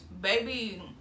baby